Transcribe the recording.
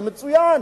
זה מצוין,